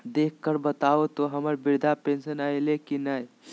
देख कर बताहो तो, हम्मर बृद्धा पेंसन आयले है की नय?